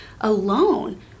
alone